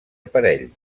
aparell